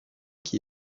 qui